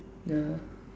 ya